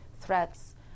threats